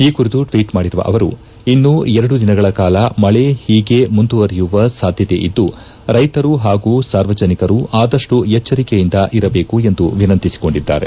ಈ ಕುರಿತು ಟ್ವೀಟ್ ಮಾಡಿರುವ ಅವರು ಇನ್ನೂ ಎರಡು ದಿನಗಳ ಕಾಲ ಮಳೆ ಹೀಗೆ ಮುಂದುವರಿಯುವ ಸಾಧ್ಯತೆಯಿದ್ದು ರೈತರು ಹಾಗೂ ಸಾರ್ವಜನಿಕರು ಆದಷ್ಟು ಎಚ್ಚರಿಕೆಯಿಂದ ಇರಬೇಕು ಎಂದು ವಿನಂತಿಸಿಕೊಂಡಿದ್ದಾರೆ